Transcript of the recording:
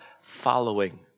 following